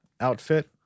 outfit